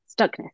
stuckness